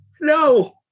No